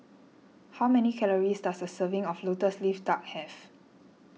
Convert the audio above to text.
how many calories does a serving of Lotus Leaf Duck have